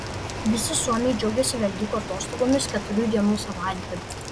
visi suomiai džiaugiasi velykų atostogomis keturių dienų savaitgaliu